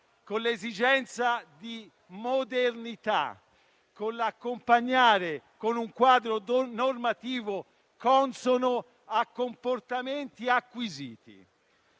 con l'esigenza di modernità, e di accompagnare con un quadro normativo consono comportamenti acquisiti.